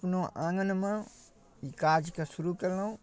अपनो आँगनमे ई काजके शुरू कएलहुँ